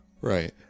Right